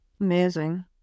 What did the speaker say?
Amazing